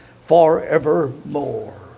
forevermore